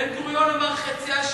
בן-גוריון אמר: חציה שלי,